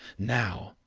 now,